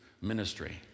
ministry